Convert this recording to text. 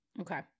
Okay